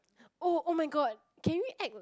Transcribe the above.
oh [oh]-my-god can we act